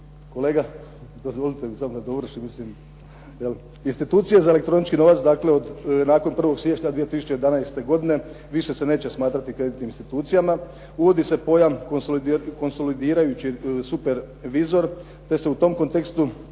Kolega, dozvolite mi samo da dovršim, mislim. Institucije za elektronički novac dakle nakon 1. siječnja 2011. godine više se neće smatrati kreditnim institucijama, uvodi se pojam konsolidirajući super vizor, te se u tom kontekstu